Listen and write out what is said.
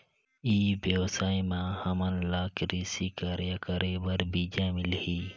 ई व्यवसाय म हामन ला कृषि कार्य करे बर बीजा मिलही?